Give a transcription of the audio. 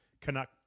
Canuck